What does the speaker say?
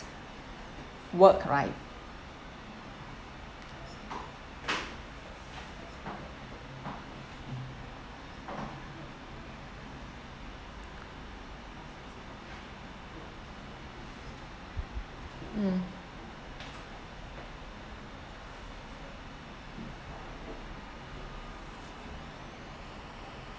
work right mm